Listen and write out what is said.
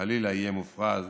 משחלילה יהיה מופרז